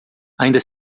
ainda